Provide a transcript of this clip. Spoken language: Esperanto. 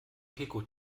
peko